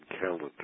calendar